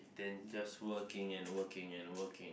than just working and and working and working